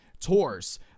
tours